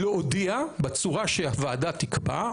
להודיע בצורה שהוועדה תקבע,